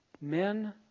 Men